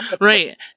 Right